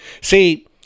See